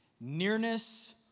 Nearness